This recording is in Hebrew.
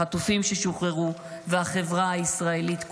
החטופים ששוחררו והחברה הישראלית כולה.